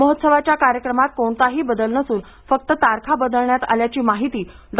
महोत्सवाच्या कार्यक्रमात कोणाताही बदल नसून फक्त तारखा बदलण्यात आल्याची माहिती डॉ